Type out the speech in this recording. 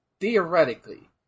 theoretically